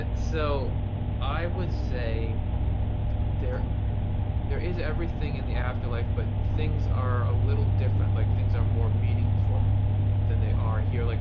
ah so i would say there there is everything in the afterlife but things are a little different. like things are more meaningful then they are here. like